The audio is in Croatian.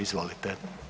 Izvolite.